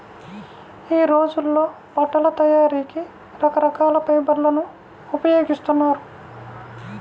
యీ రోజుల్లో బట్టల తయారీకి రకరకాల ఫైబర్లను ఉపయోగిస్తున్నారు